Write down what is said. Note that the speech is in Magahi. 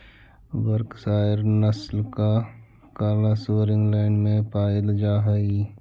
वर्कशायर नस्ल का काला सुअर इंग्लैण्ड में पायिल जा हई